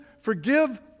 Forgive